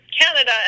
Canada